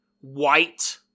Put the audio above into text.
white